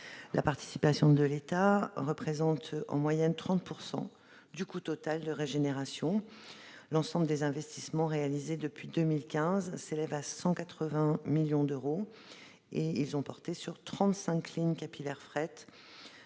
La participation de l'État représente en moyenne 30 % du coût total de cette régénération. L'ensemble des investissements réalisés depuis 2015 s'élève à 180 millions d'euros. Ils ont porté sur 35 lignes capillaires de